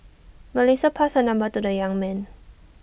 Melissa passed her number to the young man